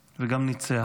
וגם ניצח.